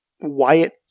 Wyatt